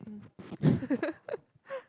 um